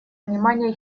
внимание